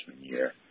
year